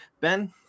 ben